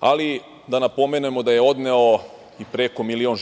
ali da napomenemo da je odneo i preko milion